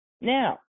Now